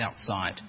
outside